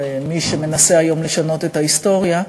למי שמנסה היום לשנות את ההיסטוריה.